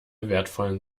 wertvollen